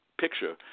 picture